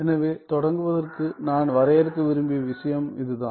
எனவே தொடங்குவதற்கு நான் வரையறுக்க விரும்பிய விஷயம் இதுதான்